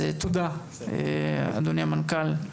אז תודה, אדוני המנכ"ל.